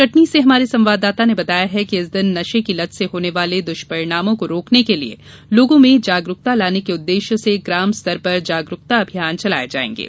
कटनी से हमारे संवाददाता ने बताया है कि इस दिन नशे की लत से होने वाले दुष्परिणामों को रोकने के लिये लोगों में जागरूकता लाने के उद्वेश्य से ग्राम स्तर पर जागरूकता अभियान चलाए जाएगे